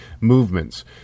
movements